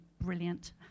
brilliant